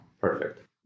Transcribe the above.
Perfect